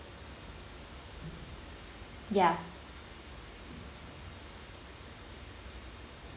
ya